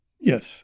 Yes